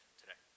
today